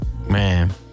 Man